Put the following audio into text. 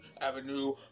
Avenue